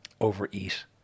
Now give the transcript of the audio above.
overeat